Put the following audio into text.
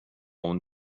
اون